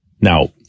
Now